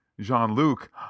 Jean-Luc